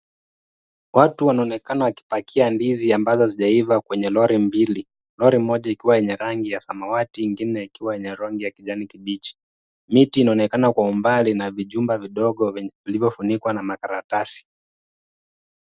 Watu wanaonekana wakipakia ndizi ambazo hazijaiva kwenye lori mbili. Lori moja ikiwa yenye rangi ya samawati, ingine ikiwa yenye rangi ya kijani kibichi. Miti inaonekana kwa umbali na vijumba vidogo vilivyofunikwa na makaratasi.